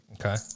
Okay